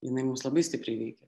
jinai mus labai stipriai veikia